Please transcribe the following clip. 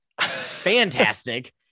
fantastic